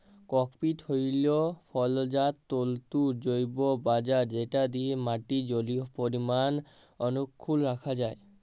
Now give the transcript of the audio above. cocopeat হ্যইল ফলজাত তল্তুর জৈব ব্যাভার যেট দিঁয়ে মাটির জলীয় পরিমাল অখ্খুল্ল রাখা যায়